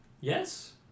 Yes